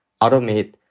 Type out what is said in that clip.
automate